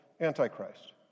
Antichrist